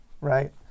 right